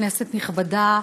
כנסת נכבדה,